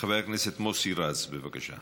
חבר הכנסת מוסי רז, בבקשה.